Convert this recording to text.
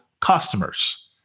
Customers